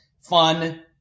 fun